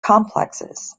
complexes